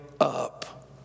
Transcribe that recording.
up